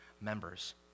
members